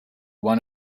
want